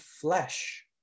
flesh